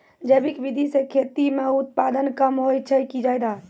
जैविक विधि से खेती म उत्पादन कम होय छै कि ज्यादा?